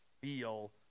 feel